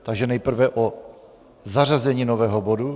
Takže nejprve o zařazení nového bodu.